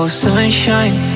sunshine